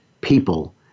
people